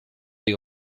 des